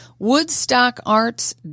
Woodstockarts